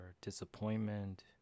disappointment